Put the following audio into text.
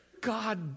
God